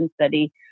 study